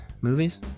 movies